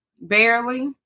barely